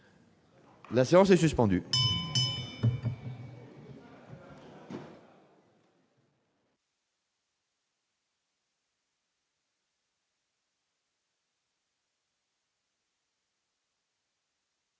La séance est suspendue.